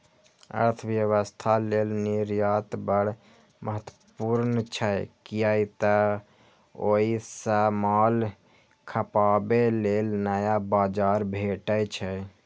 अर्थव्यवस्था लेल निर्यात बड़ महत्वपूर्ण छै, कियै तं ओइ सं माल खपाबे लेल नया बाजार भेटै छै